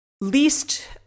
least